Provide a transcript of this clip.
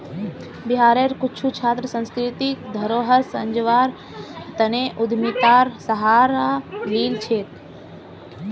बिहारेर कुछु छात्र सांस्कृतिक धरोहर संजव्वार तने उद्यमितार सहारा लिल छेक